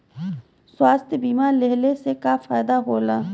स्वास्थ्य बीमा लेहले से का फायदा होला?